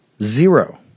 Zero